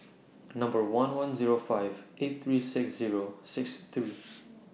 Number one one Zero five eight three six Zero six three